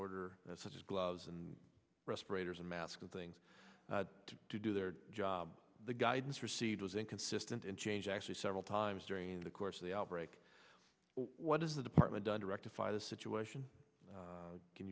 order such as gloves and respirators and mask things to do their job the guidance received was inconsistent in change actually several times during the course of the outbreak what is the department done to rectify the situation